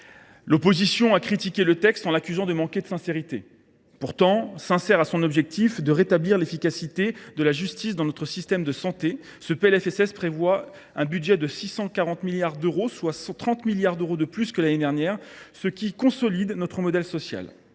L’opposition a critiqué le texte en l’accusant de manquer de sincérité. Pourtant, afin de rétablir, en toute sincérité, davantage d’efficacité et de justice au sein de notre système de santé, ce PLFSS prévoit un budget de 640 milliards d’euros, soit 30 milliards d’euros de plus que l’année dernière, ce qui consolide notre modèle social.